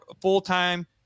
full-time